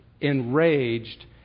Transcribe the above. enraged